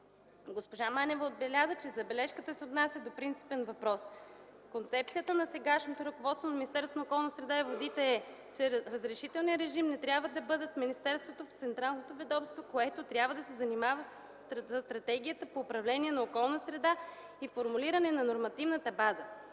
Евдокия Манева отбеляза, че забележката се отнася до принципен въпрос. Концепцията на сегашното ръководство на Министерството на околната среда и водите е, че разрешителните режими не трябва да бъдат в министерството, в централното ведомство, което трябва да се занимава със стратегията по управление на околната среда и формулиране на нормативната база.